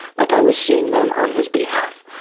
like i was seeing them on his behalf.